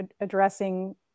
addressing